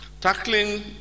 Tackling